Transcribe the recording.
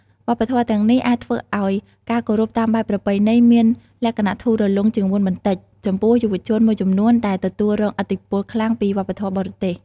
វប្បធម៌ទាំងនេះអាចធ្វើឲ្យការគោរពតាមបែបប្រពៃណីមានលក្ខណៈធូររលុងជាងមុនបន្តិចចំពោះយុវជនមួយចំនួនដែលទទួលរងឥទ្ធិពលខ្លាំងពីវប្បធម៌បរទេស។